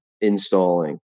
installing